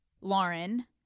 Lauren